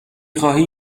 خواهی